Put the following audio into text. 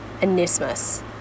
anismus